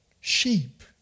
sheep